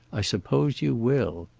i suppose you will.